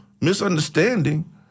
misunderstanding